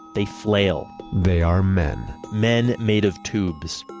they flail they are men. men made of tubes.